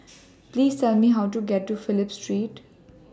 Please Tell Me How to get to Phillip Street